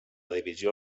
divisió